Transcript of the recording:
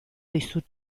dizut